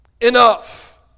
enough